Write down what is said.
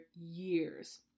years